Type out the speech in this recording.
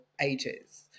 ages